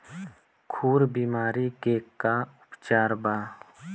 खुर बीमारी के का उपचार बा?